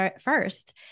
first